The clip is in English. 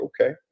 okay